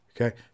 Okay